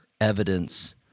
evidence